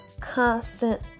constant